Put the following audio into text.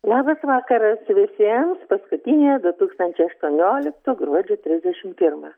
labas vakaras visiems paskutinę du tūkstančiai aštuonioliktų gruodžio trisdešim pirmą